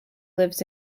lives